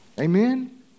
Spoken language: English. Amen